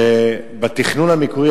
שבתכנון המקורי,